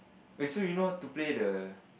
wait so you know how to play the